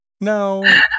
No